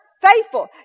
Faithful